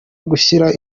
ugushyira